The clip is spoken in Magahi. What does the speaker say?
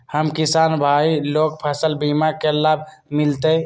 हम किसान भाई लोग फसल बीमा के लाभ मिलतई?